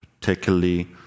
particularly